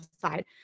side